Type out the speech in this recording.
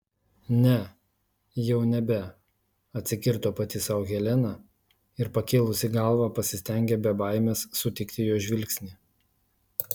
ne jau nebe atsikirto pati sau helena ir pakėlusi galvą pasistengė be baimės sutikti jo žvilgsnį